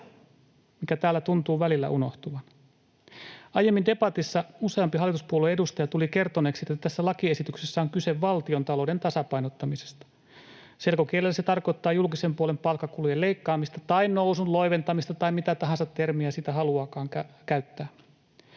mikä täällä tuntuu välillä unohtuvan. Aiemmin debatissa useampi hallituspuolueen edustaja tuli kertoneeksi, että tässä lakiesityksessä on kyse valtiontalouden tasapainottamisesta. Selkokielellä se tarkoittaa julkisen puolen palkkakulujen leikkaamista tai nousun loiventamista tai mitä tahansa termiä siitä haluaakaan käyttää.